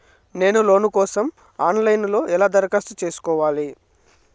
నేను లోను కోసం online లో ఎలా దరఖాస్తు ఎలా సేసుకోవాలి?